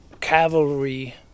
cavalry